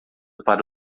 para